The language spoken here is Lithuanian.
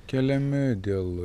keliami dėl